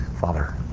Father